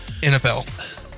NFL